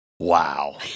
Wow